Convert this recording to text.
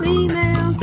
email